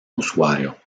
usuario